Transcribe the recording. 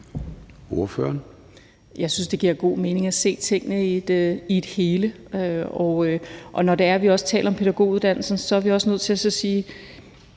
Harpsøe (DD): Jeg synes, det giver god mening at se tingene i et hele, og når det er, at vi taler om pædagoguddannelsen, så er vi også nødt til at sige,